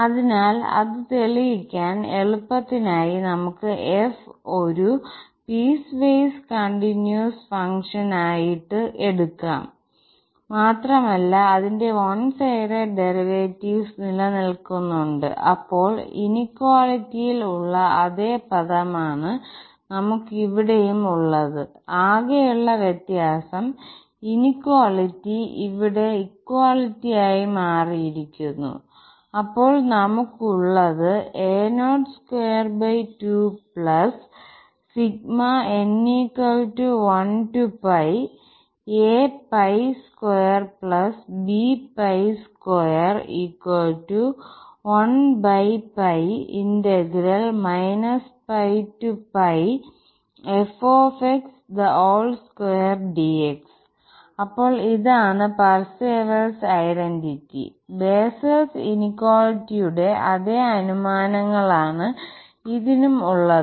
അതിനാൽ അത് തെളിയിക്കാൻ എളുപ്പത്തിനായി നമുക്ക് f ഒരു പീസ്വേസ് കണ്ടിന്യൂസ് ഫംഗ്ഷനായിട്ട് എടുക്കാം മാത്രമല്ല അതിന്റെ വൺ സൈഡഡ് ഡെറിവേറ്റിവ്സ് നിലനിൽക്കുന്നുണ്ട് അപ്പോൾ നമുക്ക് എന്താണ് ഉള്ളത് യഥാർത്ഥത്തിൽ ബെസ്സൽസ് ഇനിക്വാലിറ്റിയിൽ ഉള്ള അതെ പദമാണ് നമുക്ക് ഇവിടെയും ഉള്ളത് ആകെയുള്ള വ്യത്യാസം ഇനിക്വാലിറ്റി ഇവിടെ ഇക്വാളിറ്റി ആയി മാറിയിരിക്കുന്നു അപ്പോൾ നമുക്ക് ഉള്ളത് അപ്പോൾ ഇതാണ് പർസേവൽസ് ഐഡന്റിറ്റി ബെസ്സൽസ് ഇനിക്വാലിറ്റിയുടെ അതെ അനുമാനങ്ങളാണ് ഇതിനും ഉള്ളത്